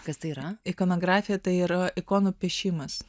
ikonografija tai yra ikonų piešimas